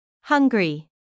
Hungry